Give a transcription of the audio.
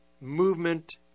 movement